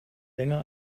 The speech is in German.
länger